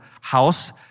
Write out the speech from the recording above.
house